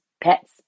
pets